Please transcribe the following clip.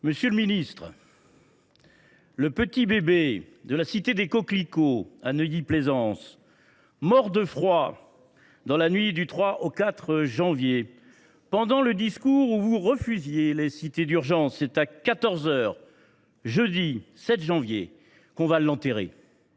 Monsieur le ministre, le petit bébé de la cité des Coquelicots, à Neuilly Plaisance, mort de froid dans la nuit du 3 au 4 janvier, pendant le discours où vous refusiez les “cités d’urgence”, c’est à 14 heures, jeudi 7 janvier, qu’on va l’enterrer.